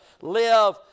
live